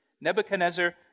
Nebuchadnezzar